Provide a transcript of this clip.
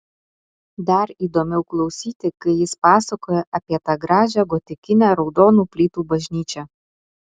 dar įdomiau klausyti kai jis pasakoja apie tą gražią gotikinę raudonų plytų bažnyčią